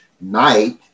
night